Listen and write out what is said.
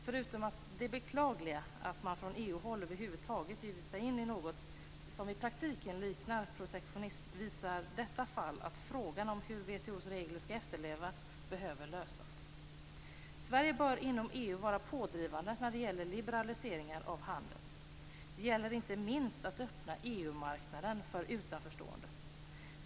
Förutom det beklagliga att EU över huvud taget har givit sig in i något som i praktiken liknar protektionism, visar detta fall att frågan om hur WTO:s regler skall efterlevas behöver lösas. Sverige bör inom EU vara pådrivande när det gäller liberalisering av handel. Det gäller inte minst att öppna EU-marknaden för utomstående.